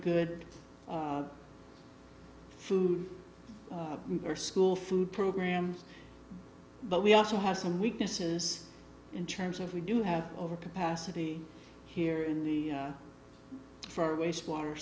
good food or school food programs but we also have some weaknesses in terms of we do have over capacity here in the for waste water